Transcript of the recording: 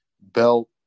belt